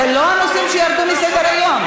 אלה לא הנושאים שירדו מסדר-היום.